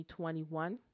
2021